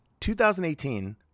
2018